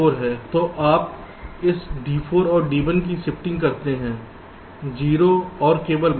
तो आप इस D4 और D1 की शिफ्टिंग करते हैं 0 और केवल 1